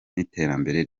n’iterambere